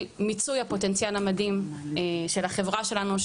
מיצוי הפוטנציאל המדהים של החברה שלנו,